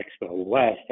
West